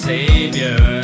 Savior